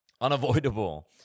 unavoidable